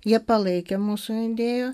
jie palaikė mūsų idėją